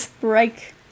break